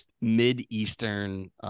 Mid-Eastern